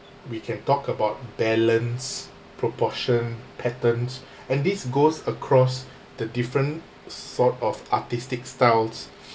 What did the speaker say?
we can talk about balance proportion patterns and this goes across the different sort of artistic styles